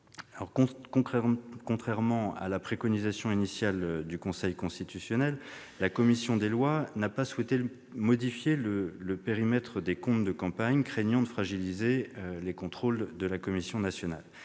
élections. Contrairement à la préconisation initiale du Conseil constitutionnel, la commission des lois n'a pas souhaité modifier le périmètre des comptes de campagne, craignant de fragiliser les contrôles de la CNCCFP. Elle